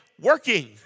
working